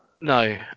No